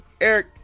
Eric